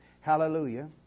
Hallelujah